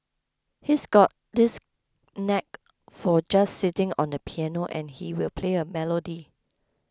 he's got this knack for just sitting on the piano and he will play a melody